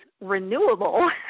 renewable